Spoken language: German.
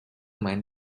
meinen